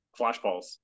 flashballs